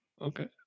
Okay